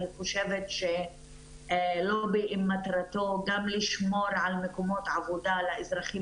אני חושבת שלובינג מטרתו גם לשמור על מקומות עבודה לאזרחים